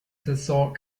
saison